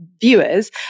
viewers